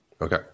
Okay